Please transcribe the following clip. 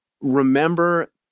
remember